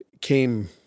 came